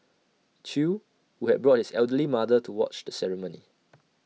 chew who had brought his elderly mother to watch the ceremony